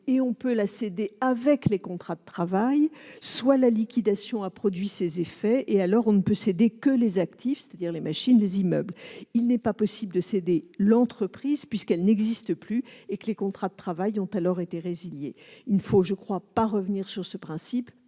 et on peut la céder avec les contrats de travail, soit la liquidation a produit ses effets, et on ne peut alors céder que les actifs, c'est-à-dire les machines et les immeubles- dans ce cas, il n'est pas possible de céder l'entreprise, puisqu'elle n'existe plus et que les contrats de travail ont été résiliés. Je ne crois pas que nous devions revenir sur ce principe,